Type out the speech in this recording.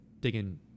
digging